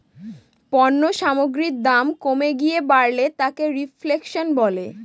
পণ্য সামগ্রীর দাম কমে গিয়ে বাড়লে তাকে রেফ্ল্যাশন বলে